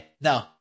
no